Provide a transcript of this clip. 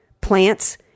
plants